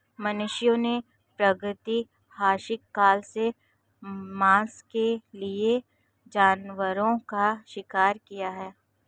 मनुष्यों ने प्रागैतिहासिक काल से मांस के लिए जानवरों का शिकार किया है